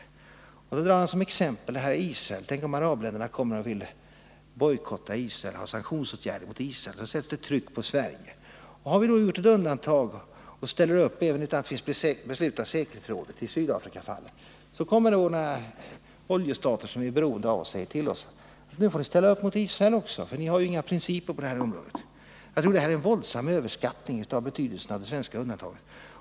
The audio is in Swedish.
Allan Hernelius tar som exempel Israel och säger: Tänk om arabländerna vill bojkotta Israel eller vidta sanktionsåtgärder mot Israel och sätter tryck på Sverige! Har vi gjort ett undantag i Sydafrikafallet och ställt upp utan beslut av säkerhetsrådet, kommer det kanske några oljestater som vi är beroende av och säger till oss: Nu får ni ställa upp mot Israel också, för ni har ju inga principer på det här området. Jag tror att det här är en våldsam överskattning av betydelsen av det svenska undantaget.